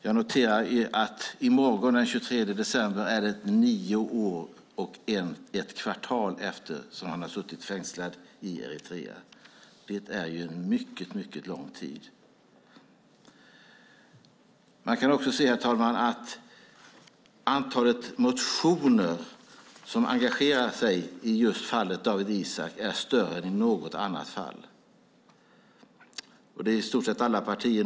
Jag noterar att han i morgon den 23 december har suttit fängslad i Eritrea i nio år och ett kvartal. Det är en mycket lång tid. Herr talman! Man kan också se att antalet motioner som handlar om engagemanget för fallet Dawit Isaak är fler än i något annat fall. Det gäller i stort sett alla partier.